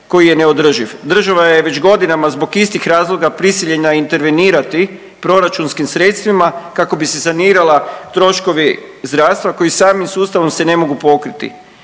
Država je već godinama zbog istih razloga prisiljena intervenirati proračunskim sredstvima kako bi se sanirala troškovi zdravstva koji samim sustavom se ne mogu pokriti.